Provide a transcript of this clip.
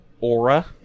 Aura